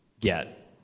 get